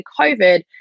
COVID